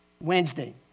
Wednesday